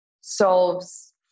solves